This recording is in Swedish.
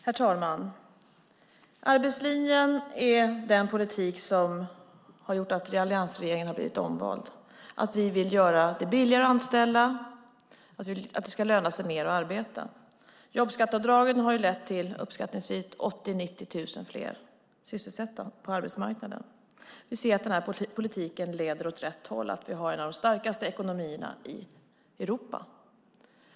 Herr talman! Arbetslinjen ingår i den politik som gjort att alliansregeringen blivit omvald. Det innebär att vi vill göra det billigare att anställa och att det ska löna sig mer att arbeta. Jobbskatteavdragen har lett till 80 000-90 000 fler sysselsatta på arbetsmarknaden. Vi ser att den politiken leder åt rätt håll. Vi har en av de starkaste ekonomierna i Europa.